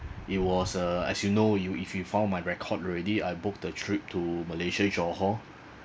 it was uh as you know you if you found my record already I booked a trip to malaysia johor